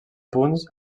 punts